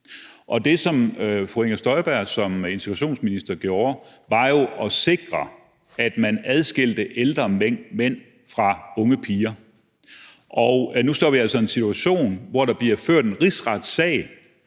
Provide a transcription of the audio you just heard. Det, som fru Inger Støjberg som integrationsminister gjorde, var jo at sikre, at man adskilte ældre mænd fra unge piger. Nu står vi altså i en situation, hvor der bliver ført en rigsretssag